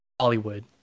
hollywood